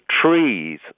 tree's